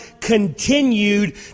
continued